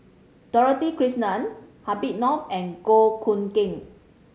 Dorothy Krishnan Habib Noh and Goh Hood Keng